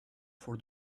for